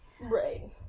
Right